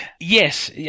Yes